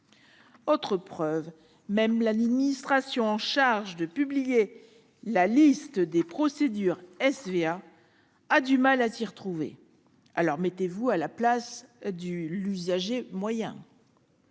Autre preuve, même l'administration en charge de la publication de la liste des procédures de SVA a du mal à s'y retrouver ... Alors, mettez-vous à la place de l'usager lambda